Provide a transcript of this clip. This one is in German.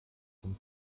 zum